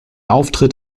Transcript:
auftritt